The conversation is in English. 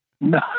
No